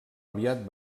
aviat